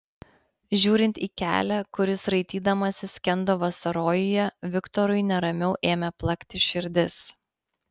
žiūrint į kelią kuris raitydamasis skendo vasarojuje viktorui neramiau ėmė plakti širdis